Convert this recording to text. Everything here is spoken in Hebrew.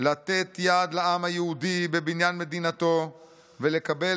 לתת יד לעם היהודי בבניין מדינתו ולקבל